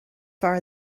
fearr